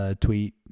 tweet